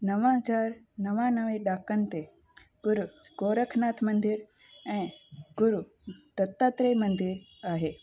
नव हज़ार नवानवे ॾाकनि ते पर गौरखनाथ मंदिर ऐं गुरु दत्तात्रेय मंदरु आहे